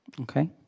okay